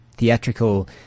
Theatrical